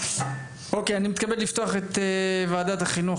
אני מתכבד לפתוח את ישיבת ועדת החינוך,